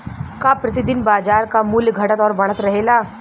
का प्रति दिन बाजार क मूल्य घटत और बढ़त रहेला?